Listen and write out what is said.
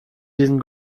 diesen